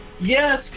Yes